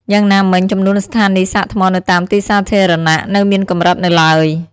យ៉ាងណាមិញ ចំនួនស្ថានីយ៍សាកថ្មនៅតាមទីសាធារណៈនៅមានកម្រិតនៅឡើយ។